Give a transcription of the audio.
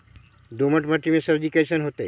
दोमट मट्टी में सब्जी कैसन होतै?